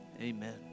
amen